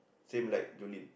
same like Jolene